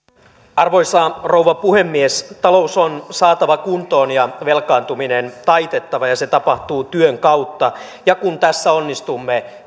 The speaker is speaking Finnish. arvoisa rouva puhemies talous on saatava kuntoon ja velkaantuminen taitettava ja se tapahtuu työn kautta ja kun tässä onnistumme